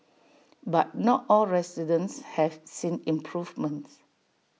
but not all residents have seen improvements